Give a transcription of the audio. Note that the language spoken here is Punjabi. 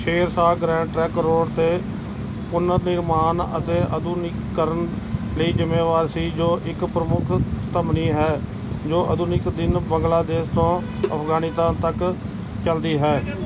ਸ਼ੇਰ ਸ਼ਾਹ ਗ੍ਰੈਂਡ ਟਰੰਕ ਰੋਡ ਦੇ ਪੁਨਰ ਨਿਰਮਾਣ ਅਤੇ ਆਧੁਨਿਕੀਕਰਨ ਲਈ ਜ਼ਿੰਮੇਵਾਰ ਸੀ ਜੋ ਇੱਕ ਪ੍ਰਮੁੱਖ ਧਮਨੀ ਹੈ ਜੋ ਆਧੁਨਿਕ ਦਿਨ ਬੰਗਲਾਦੇਸ਼ ਤੋਂ ਅਫਗਾਨਿਸਤਾਨ ਤੱਕ ਚਲਦੀ ਹੈ